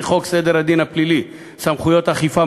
חוק סדר הדין הפלילי (סמכויות אכיפה,